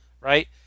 right